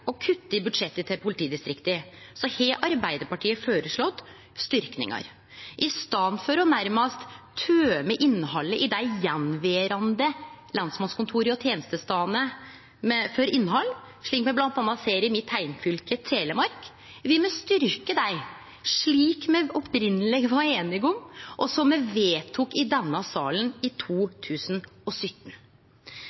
å kutte i budsjettet til politidistrikta har Arbeidarpartiet føreslått styrkingar. I staden for nærmast å tømme dei attverande lensmannskontora og tenestestadene for innhald, slik me bl.a. ser i mitt heimfylke, Telemark, vil me styrkje dei, slik me opphavleg var einige om, og som me vedtok i denne salen i